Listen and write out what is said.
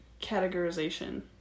categorization